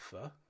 offer